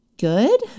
Good